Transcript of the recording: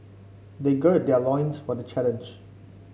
they gird their loins for the challenge